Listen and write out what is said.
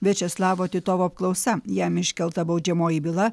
viačeslavo titovo apklausa jam iškelta baudžiamoji byla